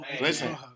Listen